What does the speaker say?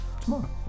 Tomorrow